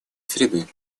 среды